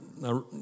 now